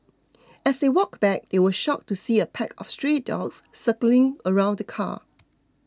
as they walked back they were shocked to see a pack of stray dogs circling around the car